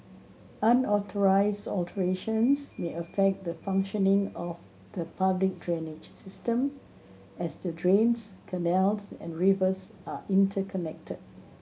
unauthorized alterations may affect the functioning of the public drainage system as the drains canals and rivers are interconnected